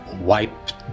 Wiped